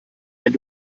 wenn